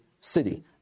city